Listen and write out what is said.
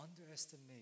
underestimate